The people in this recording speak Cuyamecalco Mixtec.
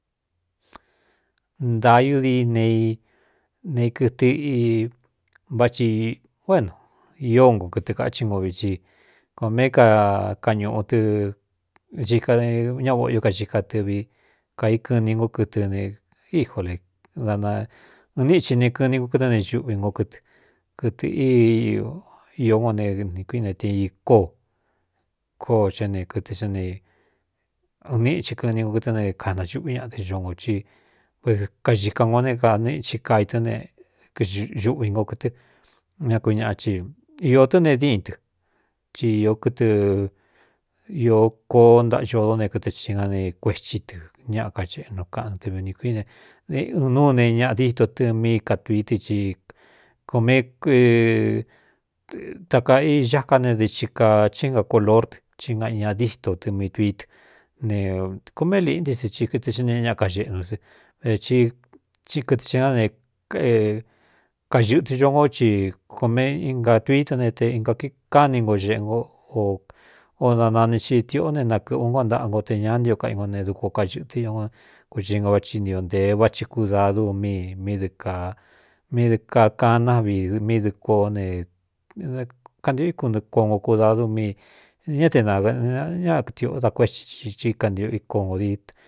Ntaāiudi nei nei kɨtɨ i váꞌthi u éno īó nko kɨtɨ kaxhi ngo viti ko mé ka kañūꞌu dɨ ika ña voꞌo io kaxika tɨvi kaíkɨn ni nkó kɨtɨ ne íjo e da naɨn níꞌti ne kɨni nko kɨtɨ́ ne xuꞌvi ngo kɨtɨ kɨtɨ í īó no ne ni kuine tin īkó kó x ne kɨtɨ xá ne ɨɨníꞌxi kɨni nko kɨtɨ ne kanaxuꞌví ñaꞌa tɨ xongō i vd kaxika ngo ne kaníi kai tɨ́ nexuꞌvi ngo kɨtɨ ñá kui ñaꞌa chi iō tɨ́ ne díꞌin tɨ ti ī kɨtɨ ī koó ntaꞌa codó ne kɨtɨ xhīngá ne kuethí tɨ ñaa kaxeꞌnu kaꞌnu tvi ūni kuíne ɨɨn núu ne ñaꞌadîíto tɨ míi katuí dɨ i komé ta ka i xáká ne dɨ xika chí énga ko lord cí ngaꞌi ña díto tɨ míi tuídɨ ne koꞌ méꞌ liꞌínti sɨ i kɨtɨ xá ne ñaa kagēꞌnu sɨ va tí kɨtɨ xīngá ne kaxɨ̄ꞌtɨ conkó ci kome ingatuí to ne te inka ki kán ni ngo xeꞌe noo o nanani xitiꞌó ne nakɨ̄ꞌvu óngo ntaꞌa ngo te ña nti o kaꞌ i ngo ne dukua kaxɨ̄ꞌtɨ ñ kuiinga váꞌchi ntiō ntēe váthi kúdaa dú míi mí dɨ míi dɨɨ kakan návi dɨ mí dɨ kuo nekantio í kunɨkuo nko kuda dúmíi ñá te nañatiꞌó da kuéti í kantio iko ngō dií.